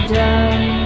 done